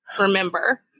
remember